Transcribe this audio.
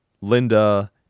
Linda